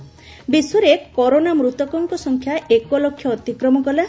ବିଶ୍ୱରେ କରୋନା ମୃତକଙ୍କ ସଂଖ୍ୟା ଏକ ଲକ୍ଷ ଅତିକ୍ରମ କଲା